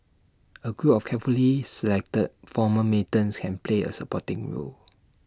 A group of carefully selected former militants can play A supporting role